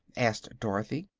asked dorothy.